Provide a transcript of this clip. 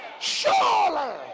surely